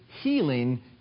healing